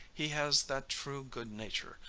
he has that true good nature,